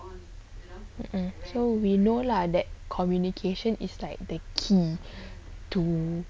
mm so we know lah that communication is like the key to